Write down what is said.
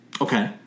Okay